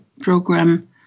program